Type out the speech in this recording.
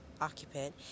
occupant